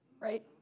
right